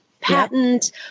patent